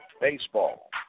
baseball